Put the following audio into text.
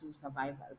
survivors